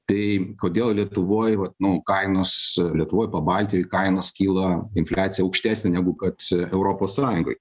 tai kodėl lietuvoj vat nu kainos lietuvoj pabaltijoj kainos kyla infliacija aukštesnė negu kad europos sąjungoj